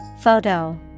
Photo